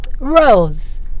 Rose